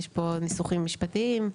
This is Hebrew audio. יש פה ניסוחים משפטיים.